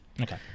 okay